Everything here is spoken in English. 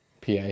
PA